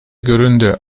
göründü